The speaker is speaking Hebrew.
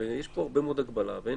צריך לעשות את ההשוואה לשני